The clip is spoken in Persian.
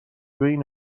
بین